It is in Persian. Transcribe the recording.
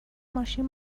ماشین